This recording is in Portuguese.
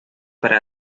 para